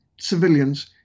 civilians